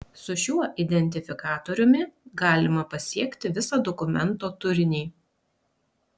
su šiuo identifikatoriumi galima pasiekti visą dokumento turinį